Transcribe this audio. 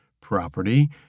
property